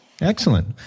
Excellent